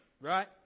right